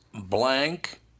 blank